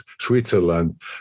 Switzerland